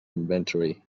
inventory